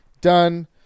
done